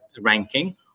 ranking